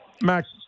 Max